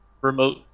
remote